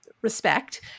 Respect